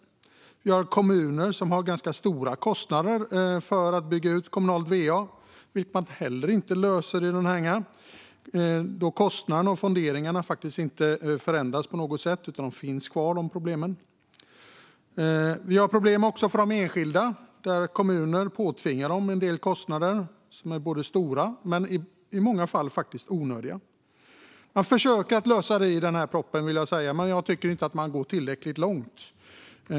Kommuner har ganska stora kostnader för att bygga ut kommunalt va, vilket man heller inte löser här då kostnaderna och fonderingarna faktiskt inte förändras på något sätt utan problemen finns kvar. Det finns också problem för de enskilda då kommuner påtvingar dem en del kostnader som är både stora och i många fall onödiga. Man försöker lösa det i den här propositionen, vill jag säga, men jag tycker inte att man går tillräckligt långt.